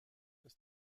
ist